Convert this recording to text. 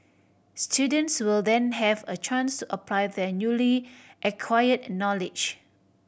students will then have a chance to apply their newly acquired knowledge